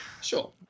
Sure